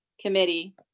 Committee